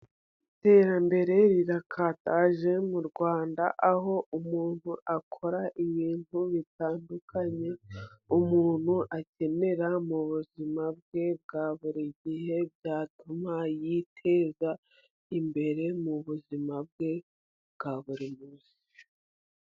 Iterambere rirakataje mu Rwanda aho umuntu akora ibintu bitandukanye, umuntu akenera mu buzima bwe bwa buri gihe, byatuma yiteza imbere mu buzima bwe bwa buri munsi.